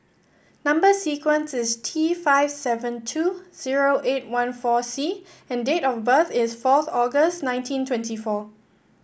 number sequence is T five seven two zero eight one four C and date of birth is fourth August nineteen twenty four